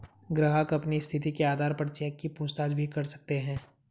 ग्राहक अपनी स्थिति के आधार पर चेक की पूछताछ भी कर सकते हैं